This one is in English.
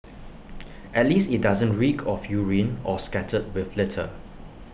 at least IT doesn't reek of urine or scattered with litter